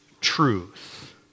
truth